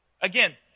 Again